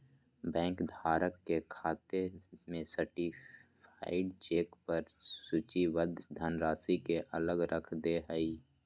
bank धारक के खाते में सर्टीफाइड चेक पर सूचीबद्ध धनराशि के अलग रख दे हइ